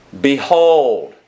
Behold